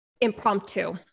impromptu